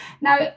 Now